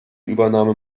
übernahme